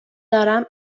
دارم